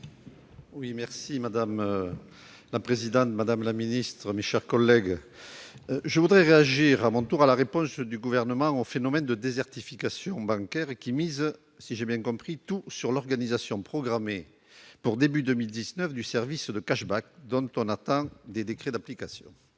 l'article. Madame la présidente, madame la secrétaire d'État, mes chers collègues, je voudrais réagir à mon tour à la réponse du Gouvernement au phénomène de désertification bancaire. Si j'ai bien compris, il mise tout sur l'organisation programmée pour le début de 2019 du service de, dont on attend les décrets d'application.